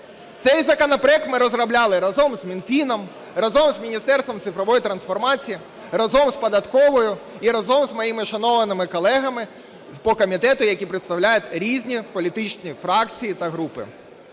Цей законопроект ми розробляли разом з Мінфіном, разом з Міністерством цифрової трансформації, разом з податковою і разом з моїми шановними колегами по комітету, які представляють різні політичні фракції та групи.